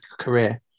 career